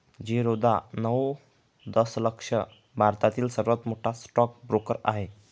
झिरोधा नऊ दशलक्ष भारतातील सर्वात मोठा स्टॉक ब्रोकर आहे